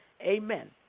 Amen